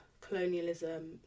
colonialism